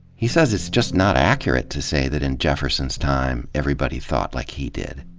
he says it's just not accurate to say that in jefferson's time, everybody thought like he did.